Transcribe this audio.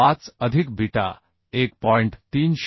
25 अधिक बीटा 1